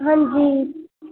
हां जी